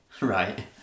Right